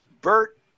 Bert